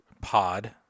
pod